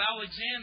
Alexander